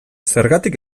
zergatik